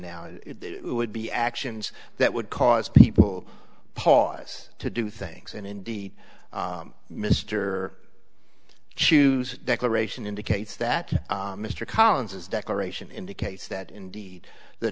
now it would be actions that would cause people pause to do things and indeed mr choose declaration indicates that mr collins is decoration indicates that indeed the